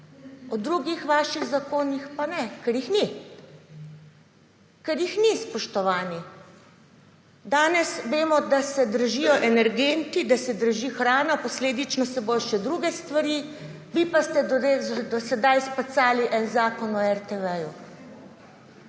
o drugih vaših zakonih pa ne, ker jih ni. Ker jih ni, spoštovani. Danes vemo, da se dražijo energenti, da se draži hrana, posledično se bojo še druge stvari, vi pa ste do sedaj spacali en zakon o RTV.